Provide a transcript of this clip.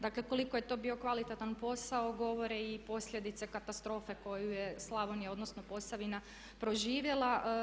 Dakle, koliko je to bio kvalitetan posao govore i posljedice katastrofe koju je Slavonija, odnosno Posavina proživjela.